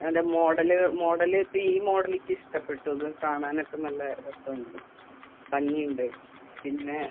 ഏതാ മോഡല് മോഡലിപ്പം ഈ മോഡൽ എനിക്ക് ഇഷ്ടപ്പെട്ടു ഇത് കാണാനൊക്കെ നല്ല രസമുണ്ട് ഭംഗിയുണ്ട് പിന്നെ